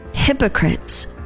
hypocrites